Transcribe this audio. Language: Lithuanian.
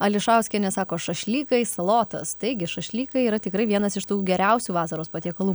ališauskienė sako šašlykai salotos taigi šašlykai yra tikrai vienas iš tų geriausių vasaros patiekalų